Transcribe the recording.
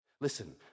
Listen